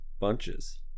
Bunches